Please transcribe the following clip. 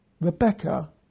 Rebecca